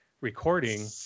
recording